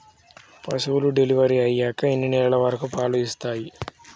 పశువులు డెలివరీ అయ్యాక ఎన్ని నెలల వరకు పాలు ఇస్తాయి?